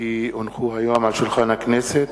כי הונחו היום על שולחן הכנסת,